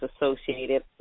associated